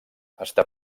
està